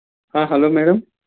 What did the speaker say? hello madam